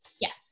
Yes